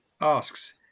asks